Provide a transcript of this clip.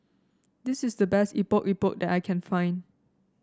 this is the best Epok Epok that I can find